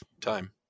time